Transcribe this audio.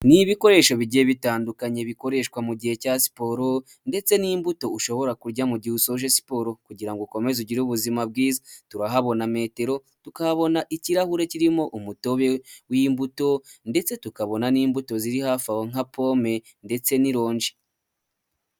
Ni ibikoresho bigiye bitandukanye bikoreshwa mugihe cya siporo ndetse n'imbuto ushobora kurya mugihe usoje siporo kugirango ukomeze ugire ubuzima bwiza turahabona metero, tukabona ikirahure kirimo umutobe w'imbuto ndetse tukabona n'imbuto ziri hafi aho nka pome ndetse n'ironji